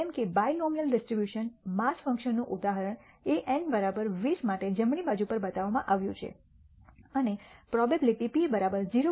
જેમ કે binomial distribution mass ફંક્શનનું ઉદાહરણ એ એન 20 માટે જમણી બાજુ પર બતાવવામાં આવ્યું છે અને પ્રોબેબીલીટી p 0